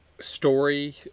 story